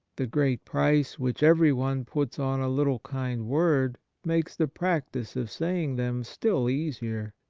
the great price which everyone puts on a little kind word makes the practice of saying them still easier.